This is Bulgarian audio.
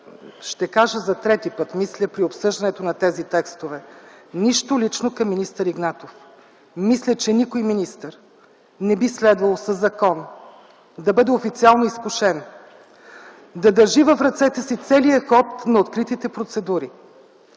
ще кажа за трети път, мисля, при обсъждането на тези текстове: нищо лично към министър Игнатов. Мисля, че никой министър не би следвало със закон да бъде официално изкушен да държи в ръцете си целия ход на откритите процедури.